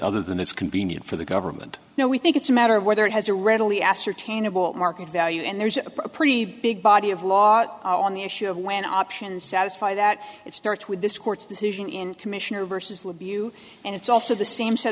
other than it's convenient for the government now we think it's a matter of whether it has a readily ascertainable market value and there's a pretty big body of law on the issue of when options satisfy that it starts with this court's decision in commissioner versus libby you and it's also the same set